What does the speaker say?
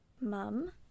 Mum